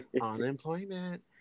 Unemployment